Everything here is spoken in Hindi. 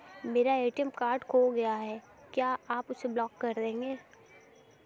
मेरा ए.टी.एम कार्ड खो गया है क्या आप उसे ब्लॉक कर देंगे?